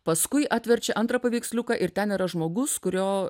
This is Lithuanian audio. paskui atverčia antrą paveiksliuką ir ten yra žmogus kurio